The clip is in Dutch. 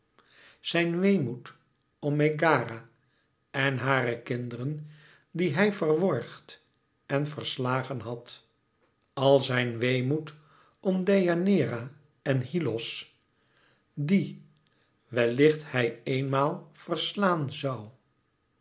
zijn weemoed om megara en hare kinderen die hij verworgd en verslagen had àl zijn weemoed om deianeira en hyllos die wellicht hij eenmaal verslaan zoû